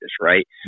right